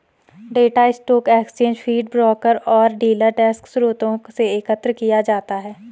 data stock exchange feed, broker और dealer desk स्रोतों से एकत्र किया जाता है